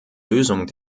lösung